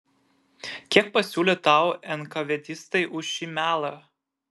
kiek pasiūlė tau enkavėdistai už šį melą